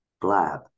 blab